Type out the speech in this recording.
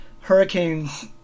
hurricanes